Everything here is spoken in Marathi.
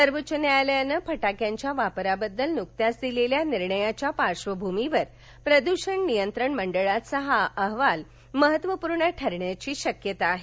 सर्वोच न्यायालयाने फटाक्यांच्या वापराबद्दल नुकत्याच दिलेल्या निर्णयाच्या पार्श्वभूमीवर प्रदृषण नियंत्रण मंडळाचा हा अहवाल महत्वपूर्ण ठरण्याची शक्यता आहे